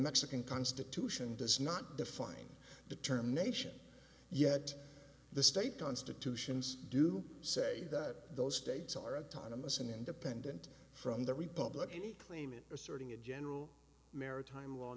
mexican constitution does not define determination yet the state constitutions do say that those states are autonomy as an independent from the republic any claimant asserting a general maritime l